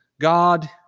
God